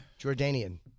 Jordanian